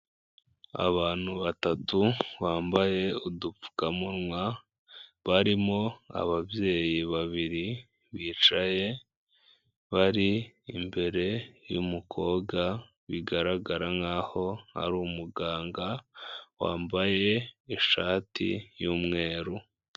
Abantu batatu bambaye udupfukamunwa, barimo ababyeyi babiri bicaye, bari imbere y'umukobwa bigaragara nkaho ari umuganga wambaye ishati y'umweru.